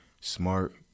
smart